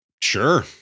Sure